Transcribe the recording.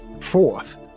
Fourth